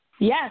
Yes